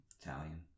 Italian